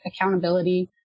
accountability